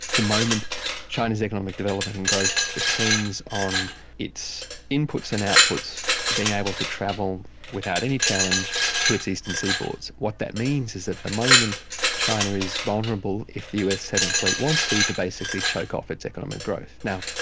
the moment china's economic development and growth depends on its inputs and outputs being able to travel without any challenge to its eastern seaboards, what that means is at the moment china is vulnerable, if the us seventh fleet wants to, to basically choke off its economic growth. now,